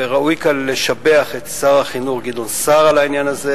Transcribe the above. וראוי לשבח כאן את שר החינוך גדעון סער על העניין הזה